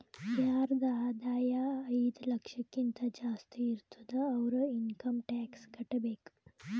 ಯಾರದ್ ಆದಾಯ ಐಯ್ದ ಲಕ್ಷಕಿಂತಾ ಜಾಸ್ತಿ ಇರ್ತುದ್ ಅವ್ರು ಇನ್ಕಮ್ ಟ್ಯಾಕ್ಸ್ ಕಟ್ಟಬೇಕ್